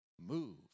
move